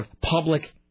public